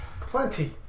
plenty